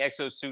exosuit